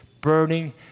burning